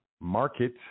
market